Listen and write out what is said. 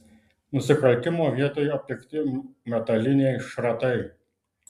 nusikaltimo vietoje aptikti metaliniai šratai